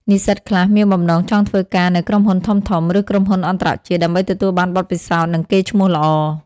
និស្សិតខ្លះមានបំណងចង់ធ្វើការនៅក្រុមហ៊ុនធំៗ ឬក្រុមហ៊ុនអន្តរជាតិ ដើម្បីទទួលបានបទពិសោធន៍ និងកេរ្តិ៍ឈ្មោះល្អ។